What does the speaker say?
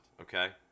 okay